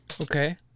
okay